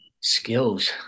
Skills